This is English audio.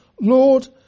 Lord